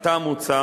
עתה מוצע